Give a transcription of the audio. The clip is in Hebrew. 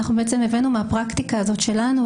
אנחנו הבאנו מהפרקטיקה הזאת שלנו,